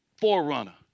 forerunner